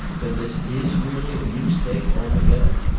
then this is really a new state altogether?